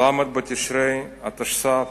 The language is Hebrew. ל' בתשרי התשס"ב,